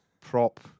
prop